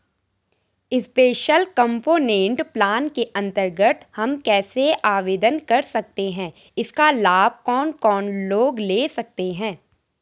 Special component plan के अन्तर्गत हम कैसे आवेदन कर सकते हैं इसका लाभ कौन कौन लोग ले सकते हैं?